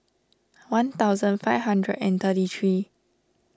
one thousand five hundred and thirty three